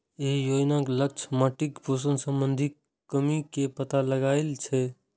एहि योजनाक लक्ष्य माटिक पोषण संबंधी कमी के पता लगेनाय छै